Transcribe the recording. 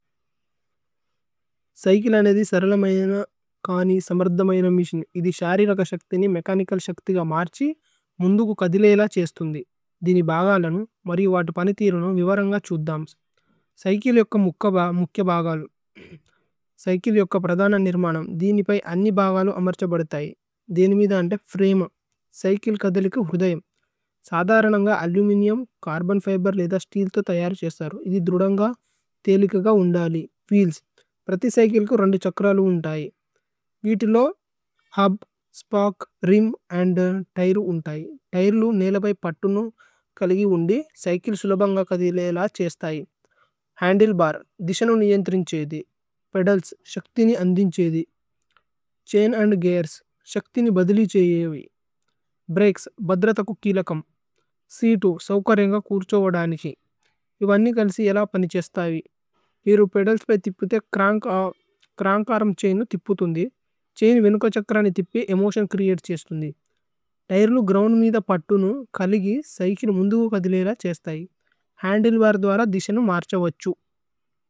സൈകില നേനേ സരലമയന കനി സമരദമയന മിശിന്। ഇതി ശരി രകശക്തിനി മേകനികല് ശക്തി ഗ മര്ഛി മുന്ദു കു കധിലേഇ ല ഛേശ്ഥുന്ദി। ദിനി ബഗ ലന മരി വദ് പനിതിരുനു വിവരന്ഗ ഛുദ്ധമ്സ്। സൈകില ഏക്ക മുക്കഭ മുക്കേ ബഗ ലന। സൈകില ഏക്ക പ്രദന നിര്മന। ദിനി പൈ അന്നി ബഗ ലന അമര്ഛബദത। ദേനി മിധാന് തേ ഫ്രേമ। സൈകില കധിലേഇ കു ഹുര്ദയമ്। സദരനന്ഗ അലുമിനിഉമ് കര്ബന് ഫിബേര് ലേദ സ്തീല് തോ തയര് ഛേശ്ഥരു। ഇതി ദ്രുദന്ഗ തേലികഗ ഉന്ദാലി।